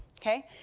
Okay